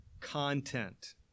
content